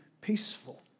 peaceful